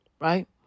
right